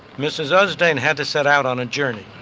mrs. ah usdane had to set out on a journey.